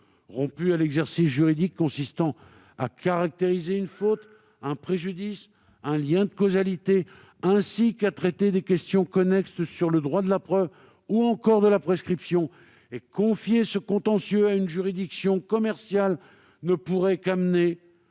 rompu à l'exercice juridique consistant à caractériser une faute, un préjudice, un lien de causalité, ainsi qu'à traiter des questions connexes relatives au droit de la preuve ou encore à la prescription. Confier ce contentieux à une juridiction commerciale ne pourrait qu'amener